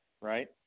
right